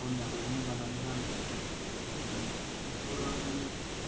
गावनि आखायजोंनो दानानै गानो बर' हारिनि